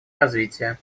развития